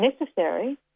necessary